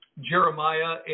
Jeremiah